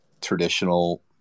traditional